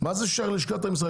מה לשכת המסחר,